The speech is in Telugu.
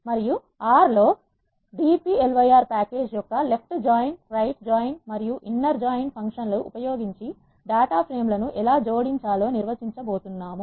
మరియు r లో d ప్లేయర్ ప్యాకేజ్ యొక్క ఎడమ జాయిన్ రైట్ జాయిన్ అంతర్గత జాయిన్ ఫంక్షన్ లు ఉపయోగించి రెండు డేటా ప్రేమ్ లను ఎలా జోడించాలో నిర్వహించబోతున్నారు